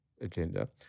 agenda